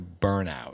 burnout